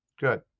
good